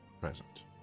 present